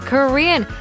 Korean